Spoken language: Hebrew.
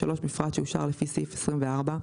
(3)מפרט שאושר לפי סעיף 24,